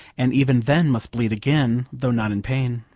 and even then must bleed again, though not in pain.